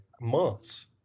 months